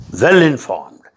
well-informed